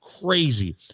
crazy